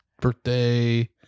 Birthday